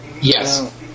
Yes